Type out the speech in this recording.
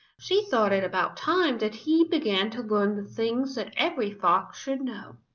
she thought it about time that he began to learn the things that every fox should know.